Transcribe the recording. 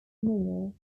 neil